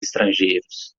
estrangeiros